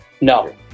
No